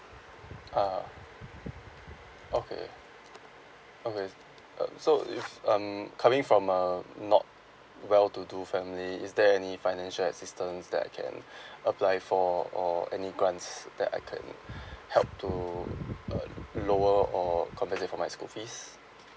ah okay okay uh so if I'm coming from a not well to do family is there any financial assistance that I can apply for or any grants that I can help to uh lower or compensate for my school fees